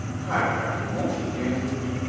hi, captain, won't you dance with me?